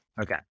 Okay